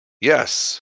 Yes